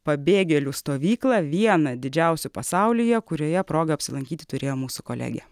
pabėgėlių stovyklą vieną didžiausių pasaulyje kurioje progą apsilankyti turėjo mūsų kolegė